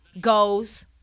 goes